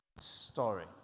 story